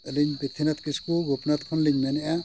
ᱟᱹᱞᱤᱧ ᱠᱤᱥᱠᱩ ᱜᱳᱯᱤᱱᱟᱛᱷ ᱠᱷᱚᱱᱞᱤᱧ ᱢᱮᱱᱮᱫᱼᱟ